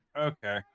Okay